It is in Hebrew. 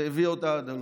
והביא אותה עד הלום.